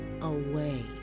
away